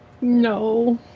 No